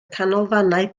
canolfannau